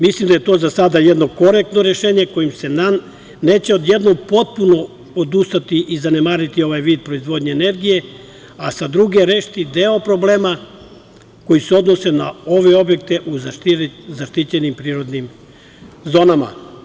Mislim da je to za sada jedno korektno rešenje kojim se neće odjednom potpuno odustati i zanemariti ovaj vid proizvodnje energije, a sa druge strane rešiti deo problema koji se odnose na ove objekte u zaštićenim prirodnim zonama.